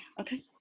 okay